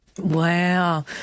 Wow